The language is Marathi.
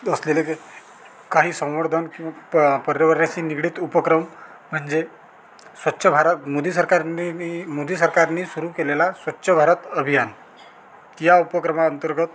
असलेले जे काही संवर्धन किंव प पर्यावर्यासी निगडीत उपक्रम म्हणजे स्वच्छ भारत मोदी सरकार नेमी मोदी सरकारनी सुरू केलेला स्वच्छ भारत अभियान या उपक्रमा अंतर्गत